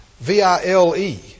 V-I-L-E